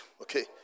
okay